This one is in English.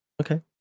okay